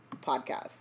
podcast